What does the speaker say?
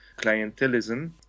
clientelism